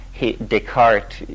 Descartes